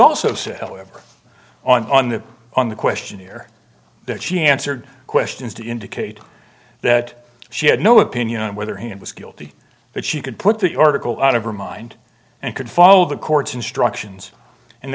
also said hell ever on the on the questionnaire that she answered questions to indicate that she had no opinion on whether he was guilty but she could put the article out of her mind and could follow the court's instructions and